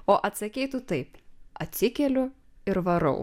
o atsakei tu taip atsikeliu ir varau